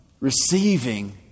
receiving